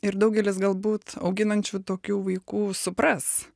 ir daugelis galbūt auginančių tokių vaikų supras